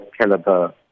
caliber